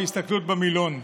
מהסתכלות במילון,